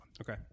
Okay